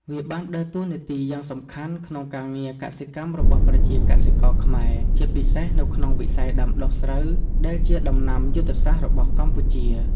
វាបានដើរតួនាទីយ៉ាងសំខាន់ក្នុងការងារកសិកម្មរបស់ប្រជាកសិករខ្មែរ ជាពិសេសនៅក្នុងវិស័យដាំដុះស្រូវ ដែលជាដំណាំយុទ្ធសាស្ត្ររបស់កម្ពុជា។